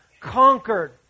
conquered